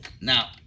Now